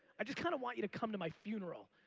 i just kinda want you to come to my funeral,